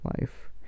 life